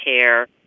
care